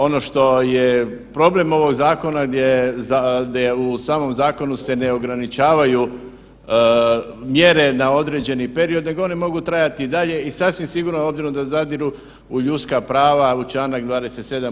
Ono što je problem ovog zakona gdje, u samom zakonu se ne ograničavaju mjere na određeni period nego one mogu trajati i dalje i sasvim sigurno obzirom da zadiru u ljudska prava, u čl. 27.